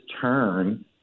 turn